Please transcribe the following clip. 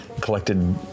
collected